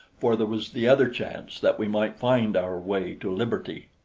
for there was the other chance that we might find our way to liberty.